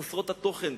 חסרות התוכן,